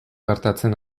gertatzen